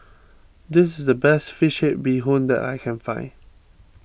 this is the best Fish Head Bee Hoon that I can find